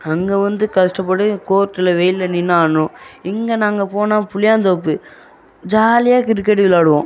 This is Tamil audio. அங்கே வந்து கஷ்டப்பட்டு கோர்ட்டில் வெயிலில் நின்று ஆடணும் இங்கே நாங்கள் போனால் புளியாந்தோப்பு ஜாலியாக கிரிக்கெட் விளாடுவோம்